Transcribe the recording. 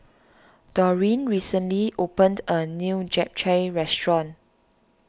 Dorene recently opened a new Japchae restaurant